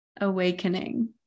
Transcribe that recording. awakening